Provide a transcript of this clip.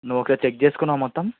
నువ్వు ఒకసారి చెక్ చేసుకున్నావా మొత్తం